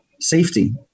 safety